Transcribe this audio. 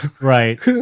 Right